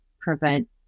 prevent